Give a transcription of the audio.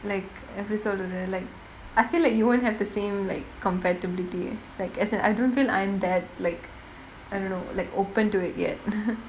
like எப்படி சொல்றது:eppadi solrathu like I feel like you wouldn't have the same like compatibility like as in I don't think I'm that like I don't know open to it yet